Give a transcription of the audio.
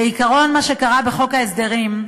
בעיקרון מה שקרה בחוק ההסדרים: